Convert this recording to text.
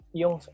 yung